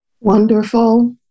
Wonderful